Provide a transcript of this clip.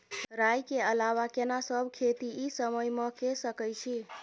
राई के अलावा केना सब खेती इ समय म के सकैछी?